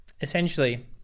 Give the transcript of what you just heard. essentially